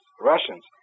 Russians